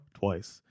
twice